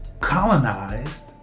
colonized